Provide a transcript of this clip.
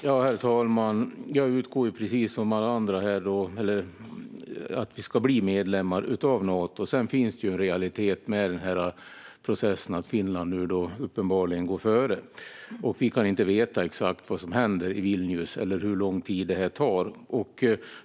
Herr talman! Jag utgår precis som alla andra här från att vi ska bli medlemmar i Nato. Sedan finns en realitet i processen då Finland nu uppenbarligen går före. Vi kan inte veta exakt vad som kommer att hända i Vilnius eller hur lång tid det kommer att ta.